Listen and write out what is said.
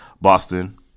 Boston